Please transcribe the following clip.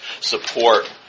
support